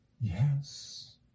Yes